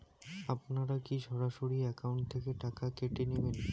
আপনারা কী সরাসরি একাউন্ট থেকে টাকা কেটে নেবেন?